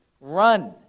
run